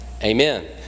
Amen